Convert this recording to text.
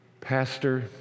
pastor